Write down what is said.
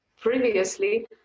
previously